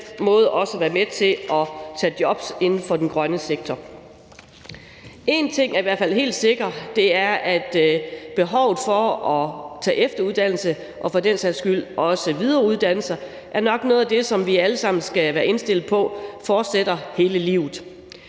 måde også være med til at tage jobs inden for den grønne sektor. En ting er i hvert fald helt sikkert, og det er, at behovet for at tage efteruddannelse og for den sags skyld også at videreuddanne sig nok er noget af det, som vi alle sammen skal være indstillet på fortsætter hele livet.